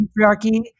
patriarchy